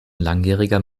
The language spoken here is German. langjähriger